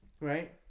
Right